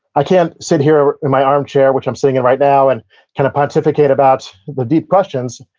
i can't sit here in my armchair, which i'm sitting in right now, and kind of pontificate about the deep questions.